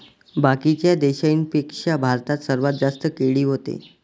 बाकीच्या देशाइंपेक्षा भारतात सर्वात जास्त केळी व्हते